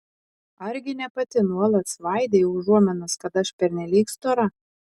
argi ne pati nuolat svaidei užuominas kad aš pernelyg stora